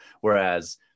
Whereas